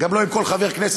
גם לא עם כל חבר כנסת,